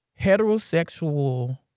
Heterosexual